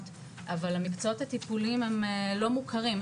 אבל המקצועות הטיפוליים הם לא מוכרים,